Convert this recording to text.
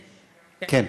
בבקשה, גברתי.